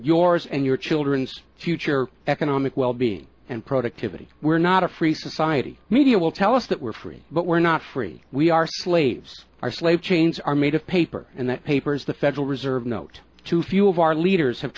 yours and your children's future economic well being and productivity we're not a free society media will tell us that we're free but we're not free we are slaves our slave chains are made of paper and the papers the federal reserve note too few of our leaders have